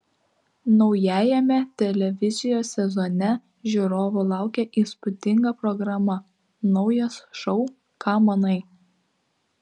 naujajame televizijos sezone žiūrovų laukia įspūdinga programa naujas šou ką manai